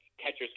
Catchers